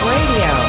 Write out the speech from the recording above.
Radio